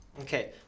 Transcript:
Okay